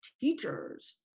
teachers